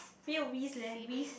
没有 risk leh risk